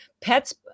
pets